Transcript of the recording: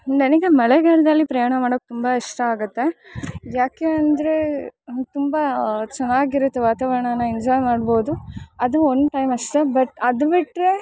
ನನಗೆ ಮಳೆಗಾಲದಲ್ಲಿ ಪ್ರಯಾಣ ಮಾಡಕ್ಕೆ ತುಂಬ ಇಷ್ಟ ಆಗುತ್ತೆ ಯಾಕೆ ಅಂದರೆ ತುಂಬ ಚೆನ್ನಾಗಿರತ್ತೆ ವಾತಾವರಣನ ಎಂಜಾಯ್ ಮಾಡ್ಬೌದು ಅದು ಒನ್ ಟೈಮ್ ಅಷ್ಟೇ ಬಟ್ ಅದುಬಿಟ್ರೆ